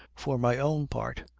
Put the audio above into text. for my own part,